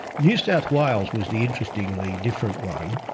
new south wales was the interestingly different one,